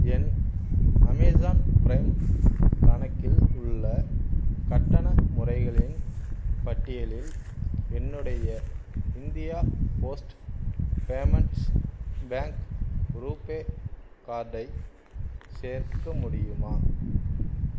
என் Amazon Prime கணக்கில் உள்ள கட்டண முறைகளின் பட்டியலில் என்னுடைய India Post Payments Bank RuPay கார்டை சேர்க்க முடியுமா